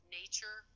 nature